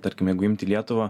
tarkim jeigu imti lietuvą